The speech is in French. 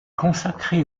consacré